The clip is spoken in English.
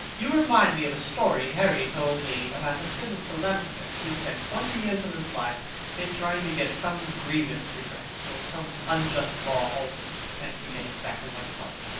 you remind me of a story harry told me about a certain philanthropist who spent twenty years of his life in trying to get some grievance redressed, or some unjust law altered i forget exactly what it was.